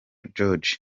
george